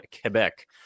Quebec